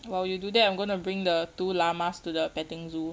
while you do that I'm gonna bring the two llamas to the petting zoo